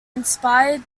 inspired